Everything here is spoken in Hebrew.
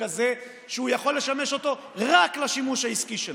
כזה שהוא יכול לשמש אותו רק לשימוש העסקי שלו,